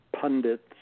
pundits